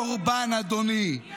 אתה לא קורבן, אדוני.